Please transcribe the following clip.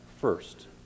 first